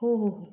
हो हो हो